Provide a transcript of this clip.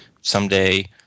someday